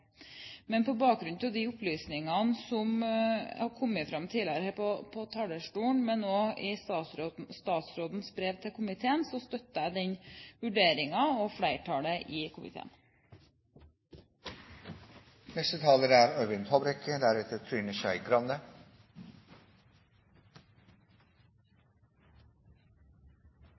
På bakgrunn av de opplysningene som har kommet fram tidligere fra talerstolen, men også i statsrådens brev til komiteen, støtter jeg vurderingen til flertallet i komiteen.